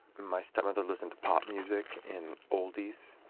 my stepmother listened to pop music and oldies.